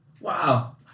wow